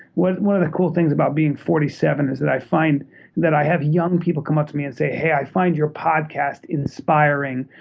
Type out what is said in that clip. one of the cool things about being forty seven is that i find that i have young people come up to me and say, hey, i find your podcast inspiring,